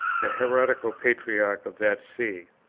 the heretical patriarch of that see.